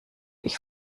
ich